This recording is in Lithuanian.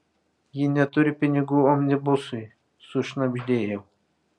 ji neturi pinigų omnibusui sušnabždėjau